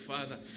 Father